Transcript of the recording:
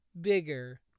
bigger